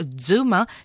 Zuma